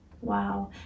Wow